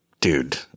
dude